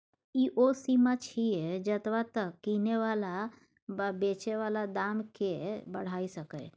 ई ओ सीमा छिये जतबा तक किने बला वा बेचे बला दाम केय बढ़ाई सकेए